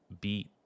beat